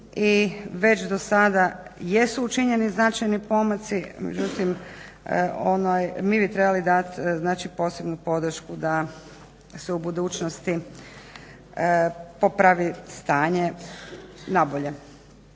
već do sada jesu učinjeni značajni pomaci. Međutim, mi bi trebali dat posebnu podršku da se u budućnosti popravi stanje na bolje.